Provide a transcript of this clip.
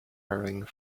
hurrying